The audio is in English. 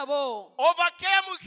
overcame